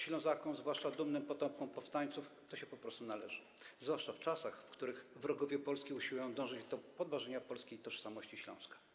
Ślązakom, zwłaszcza dumnym potomkom powstańców, to się po prostu należy, zwłaszcza w czasach, w których wrogowie Polski usiłują dążyć do podważenia polskiej tożsamości Śląska.